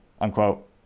unquote